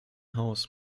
haus